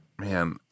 Man